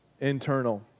internal